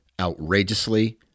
outrageously